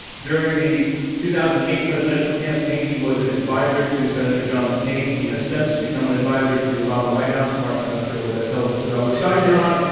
during the two thousand and eight presidential campaign he was an advisor to senator john mccain, he has since become an advisor to the obama white house, mark, i'm not sure what that tells us about which side you're on,